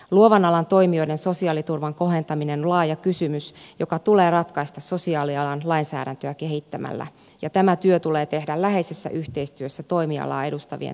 luovan alan toimijoiden sosiaaliturvan kohentaminen on laaja kysymys joka tulee ratkaista sosiaalialan lainsäädäntöä kehittämällä ja tämä työ tulee tehdä läheisessä yhteistyössä toimialaa edustavien tahojen kanssa